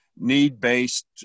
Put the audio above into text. need-based